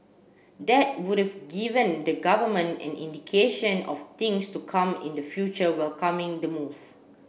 that would've given the government an indication of things to come in the future welcoming the move